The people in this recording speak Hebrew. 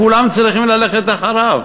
כולם צריכים ללכת אחריו,